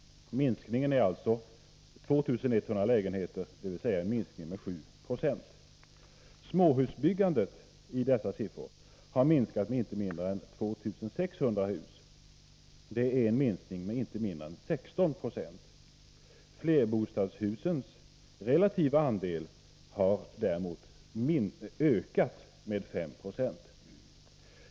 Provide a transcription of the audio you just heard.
Minskningen är alltså 2 100 lägenheter, dvs. en minskning med 1R. Småhusbyggandet i dessa siffror har minskat med inte mindre än 2 600 hus. Det är en minskning med inte mindre än 16 Ze. Flerbostadshusens relativa andel har däremot ökat med 5 96.